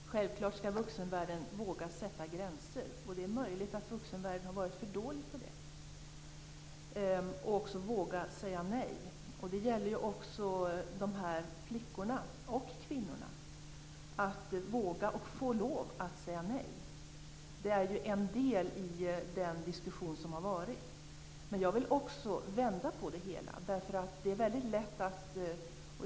Fru talman! Självfallet skall vuxenvärlden våga sätta gränser. Det är möjligt att vuxenvärlden har varit för dålig på det, på att också våga säga nej. Det gäller också flickor och kvinnor. Det gäller att våga och få lov att säga nej. Det är ju en del i den diskussion som har varit. Men jag vill också vända på det hela.